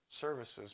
services